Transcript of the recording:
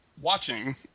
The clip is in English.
watching